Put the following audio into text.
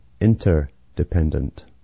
interdependent